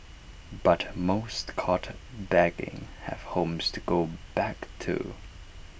but most caught begging have homes to go back to